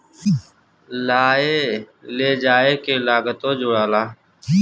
लाए ले जाए के लागतो जुड़ाला